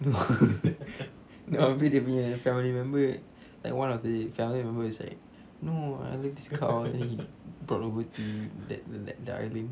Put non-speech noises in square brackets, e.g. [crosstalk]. [laughs] abeh dia punya family member like one of the family members is like no I love this cow let's brought over to that the island